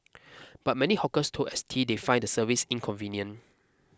but many hawkers told S T they find the service inconvenient